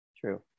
true